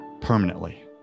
permanently